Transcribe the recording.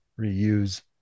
reuse